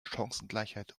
chancengleichheit